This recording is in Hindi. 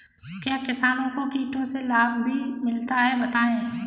क्या किसानों को कीटों से लाभ भी मिलता है बताएँ?